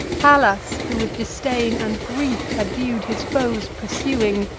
pallas, who with disdain and grief had view'd his foes pursuing,